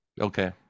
okay